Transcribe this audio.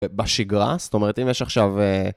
בשגרה, זאת אומרת אם יש עכשיו...